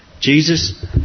Jesus